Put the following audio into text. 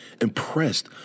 impressed